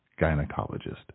gynecologist